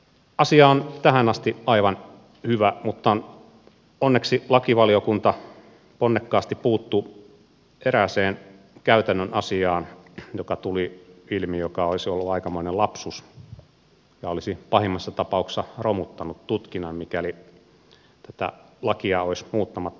asia on tähän asti aivan hyvä mutta onneksi lakivaliokunta ponnekkaasti puuttui erääseen käytännön asiaan joka tuli ilmi ja olisi ollut aikamoinen lapsus ja olisi pahimmassa tapauksessa romuttanut tutkinnan mikäli tätä lakia olisi viety eteenpäin muuttamattomana